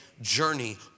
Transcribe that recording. journey